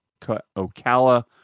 Ocala